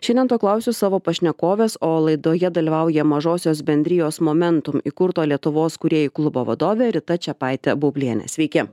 šiandien to klausiu savo pašnekovės o laidoje dalyvauja mažosios bendrijos momentum įkurto lietuvos kūrėjų klubo vadovė rita čepaitė bublienė sveiki